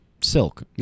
Silk